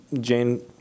Jane